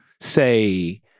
say